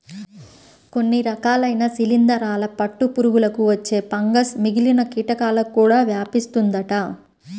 కొన్ని రకాలైన శిలీందరాల పట్టు పురుగులకు వచ్చే ఫంగస్ మిగిలిన కీటకాలకు కూడా వ్యాపిస్తుందంట